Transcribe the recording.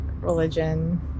religion